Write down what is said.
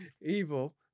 Evil